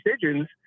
decisions